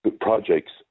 projects